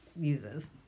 uses